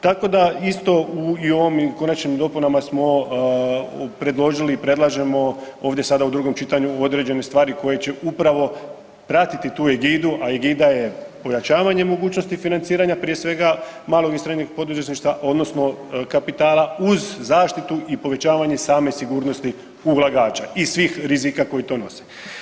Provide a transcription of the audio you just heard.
Tako da isto i u ovim konačnim dopunama smo predložili i predlažemo ovdje sada u drugom čitanju određene stvari koje će upravo pratiti tu egidu, a egida je pojačavanje mogućnosti financiranja prije svega malog i srednjeg poduzetništva odnosno kapitala uz zaštitu i povećavanje same sigurnosti ulagača i svih rizika koji to nose.